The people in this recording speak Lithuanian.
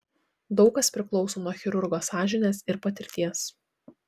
daug kas priklauso nuo chirurgo sąžinės ir patirties